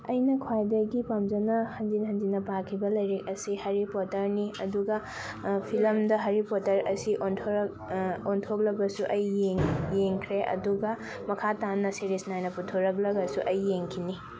ꯑꯩꯅ ꯈ꯭ꯋꯥꯏꯗꯒꯤ ꯄꯥꯝꯖꯅ ꯍꯟꯖꯤꯟ ꯍꯟꯖꯤꯟꯅ ꯄꯥꯈꯤꯕ ꯂꯥꯏꯔꯤꯛ ꯑꯁꯤ ꯍꯔꯤ ꯄꯣꯇꯔꯅꯤ ꯑꯗꯨꯒ ꯐꯤꯂꯝꯗ ꯍꯔꯤ ꯄꯣꯇꯔ ꯑꯁꯤ ꯑꯣꯟꯊꯣꯛꯂꯕꯁꯨ ꯑꯩ ꯌꯦꯡꯈꯔꯦ ꯑꯗꯨꯒ ꯃꯈꯥ ꯇꯥꯅ ꯁꯦꯔꯤꯁ ꯅꯥꯏꯅ ꯄꯨꯊꯣꯔꯛꯂꯒꯁꯨ ꯑꯩ ꯌꯦꯡꯈꯤꯅꯤ